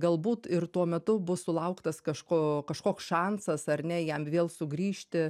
galbūt ir tuo metu bus sulauktas kažko kažkoks šansas ar ne jam vėl sugrįžti